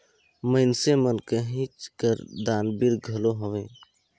मइनसे मन कहेच कर दानबीर घलो हवें